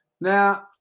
Now